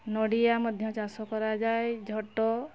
ନଡ଼ିଆ ମଧ୍ୟ ଚାଷ କରାଯାଏ ଝୋଟ